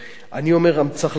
אני אומר, צריך לעשות ככה: